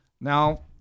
Now